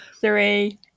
three